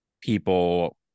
People